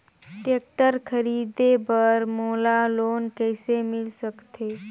Tractor खरीदे बर मोला लोन कइसे मिल सकथे?